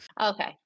Okay